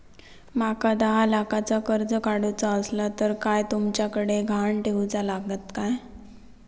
माका दहा लाखाचा कर्ज काढूचा असला तर काय तुमच्याकडे ग्हाण ठेवूचा लागात काय?